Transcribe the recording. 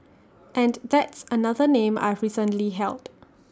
and that's another name I've recently held